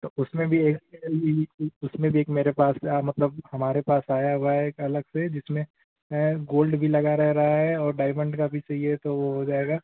तो उसमें भी एक उसमें भी एक मेरे पास मतलब हमारे पास आया हुआ है एक अलग से जिसमें गोल्ड भी लगा रहे रा है और डाइमंड का भी चाहिए तो वो हो जाएगा